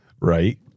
Right